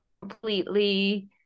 completely